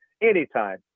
anytime